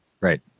Right